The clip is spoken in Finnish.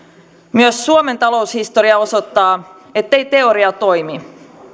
myös suomen taloushistoria osoittaa ettei teoria toimi